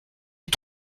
est